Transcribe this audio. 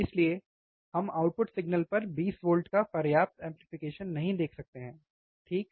इसलिए हम output signal पर 20 वोल्ट का पर्याप्त एम्पलीफिकेशन नहीं देख सकते ठीक है